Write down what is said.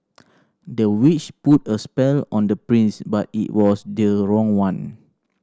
the witch put a spell on the prince but it was the wrong one